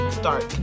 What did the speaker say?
start